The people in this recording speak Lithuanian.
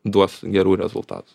duos gerų rezultatų